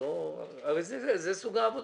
הרי זה סוג העבודה.